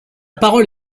parole